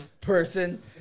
person